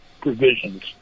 provisions